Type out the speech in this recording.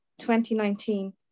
2019